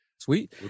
sweet